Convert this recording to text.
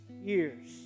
years